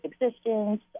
existence